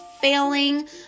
failing